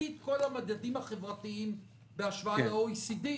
בתחתית כל המדדים החברתיים בהשוואה ל-OECD,